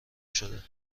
شده